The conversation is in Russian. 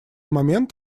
момент